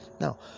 now